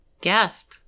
Gasp